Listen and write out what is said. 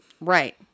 Right